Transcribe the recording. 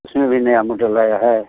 उसमें भी नया मॉडल आया है